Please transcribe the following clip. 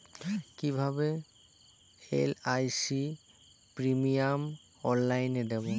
কিভাবে LIC premium অনলাইনে দেবো?